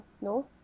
no